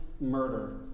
murder